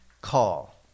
call